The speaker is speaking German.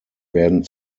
werden